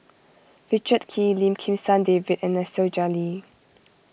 Richard Kee Lim Kim San David and Nasir Jalil